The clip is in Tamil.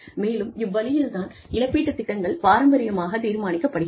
மேலும் இவ்வழியில் தான் இழப்பீட்டுத் திட்டங்கள் பாரம்பரியமாகத் தீர்மானிக்கப்படுகிறது